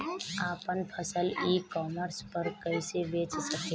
आपन फसल e commerce पर कईसे बेच सकिले?